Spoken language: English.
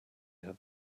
had